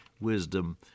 wisdom